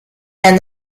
and